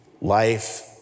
Life